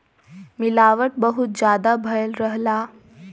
मिलावट बहुत जादा भयल रहला